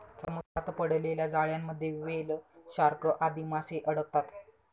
समुद्रात पडलेल्या जाळ्यांमध्ये व्हेल, शार्क आदी माशे अडकतात